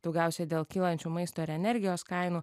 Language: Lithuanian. daugiausiai dėl kylančių maisto ir energijos kainų